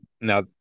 Now